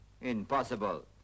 Impossible